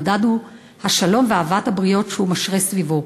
המדד הוא השלום ואהבת הבריות שהוא משרה סביבו.